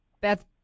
Beth